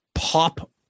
pop